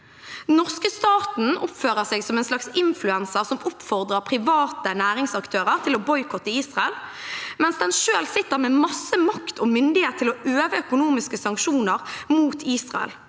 norske staten oppfører seg som en slags influenser, som oppfordrer private næringsaktører til å boikotte Israel mens den selv sitter med masse makt og myndighet til å øve økonomiske sanksjoner mot nettopp